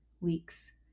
weeks